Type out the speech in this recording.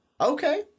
okay